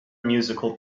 musical